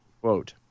Quote